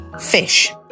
Fish